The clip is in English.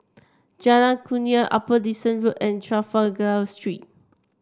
Jalan Kurnia Upper Dickson Road and Trafalgar Street